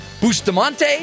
Bustamante